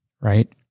Right